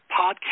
podcast